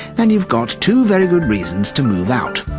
and you've got two very good reasons to move out,